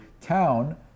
town